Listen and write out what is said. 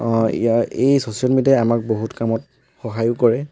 ইয়াৰ এই ছ'চিয়েল মিডিয়াই আমাক বহুত কামত সহায়ো কৰে